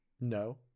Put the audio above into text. No